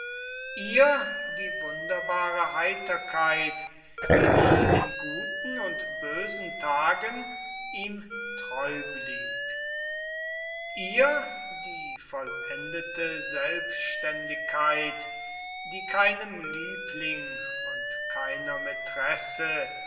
ihr die wunderbare heiterkeit die in guten und bösen tagen ihm treu blieb ihr die vollendete selbständigkeit die keinem liebling und keiner mätresse